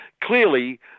Clearly